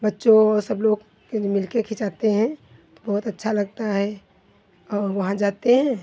बच्चों सब लोग के जाे मिल के खिंचाते हैं तो बहुत अच्छा लगता है और वहाँ जाते हैं